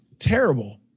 terrible